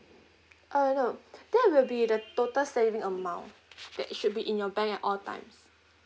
oh no that will be the total saving amount that it should be in your bank at all times